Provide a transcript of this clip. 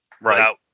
right